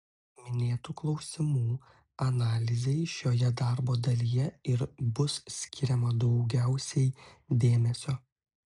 minėtų klausimų analizei šioje darbo dalyje ir bus skiriama daugiausiai dėmesio